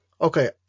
okay